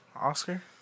Oscar